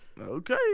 Okay